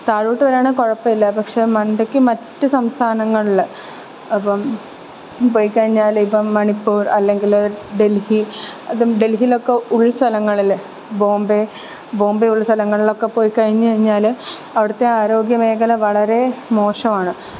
താഴോട്ട് വരികയാണെങ്കിൽ കുഴപ്പമില്ല പക്ഷേ മണ്ടയ്ക്ക് മറ്റ് സംസ്ഥാനങ്ങളിൽ അപ്പം പോയി കഴിഞ്ഞാലിപ്പം മണിപ്പൂര് അല്ലെങ്കിൽ ഡല്ഹി അതും ഡല്ഹിയിലൊക്കെ ഉള്സ്ഥലങ്ങളിൽ ബോംബെ ബോംബെ ഉള്ള സ്ഥലങ്ങളിലൊക്കെ പോയി കഴിഞ്ഞുകഴിഞ്ഞാൽ അവിടുത്തെ ആരോഗ്യമേഖല വളരെ മോശമാണ്